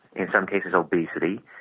in some cases obesity,